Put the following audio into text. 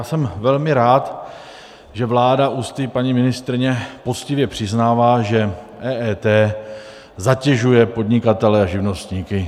Jsem velmi rád, že vláda ústy paní ministryně poctivě přiznává, že EET zatěžuje podnikatele a živnostníky.